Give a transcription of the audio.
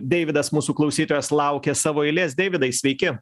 deividas mūsų klausytojas laukia savo eilės deividai sveiki